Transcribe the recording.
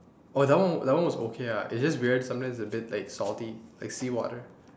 oh that one that one was okay ah it's just weird sometimes a bit like salty like seawater